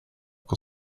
går